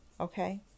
okay